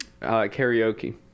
Karaoke